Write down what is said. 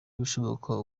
ibishoboka